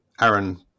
aaron